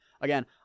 again